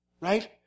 right